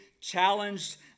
challenged